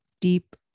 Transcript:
deep